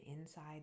inside